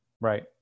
right